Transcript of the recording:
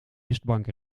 mistbank